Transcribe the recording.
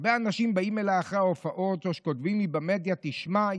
הרבה אנשים באים אליי אחרי ההופעות או שכותבים לי במדיה: תשמע,